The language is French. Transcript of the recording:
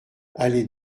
allée